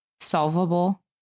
solvable